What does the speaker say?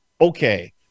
Okay